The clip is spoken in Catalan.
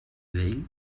vell